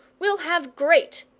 we'll have great